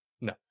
No